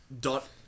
dot